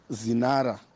zinara